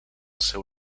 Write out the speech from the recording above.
seu